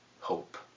Hope